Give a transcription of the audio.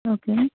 okay